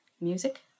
Music